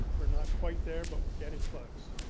we're not quite there, but we're getting close.